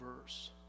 verse